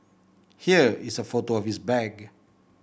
here is a photo of his bag